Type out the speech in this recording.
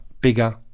bigger